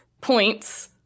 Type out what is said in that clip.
points